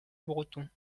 breton